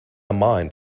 mind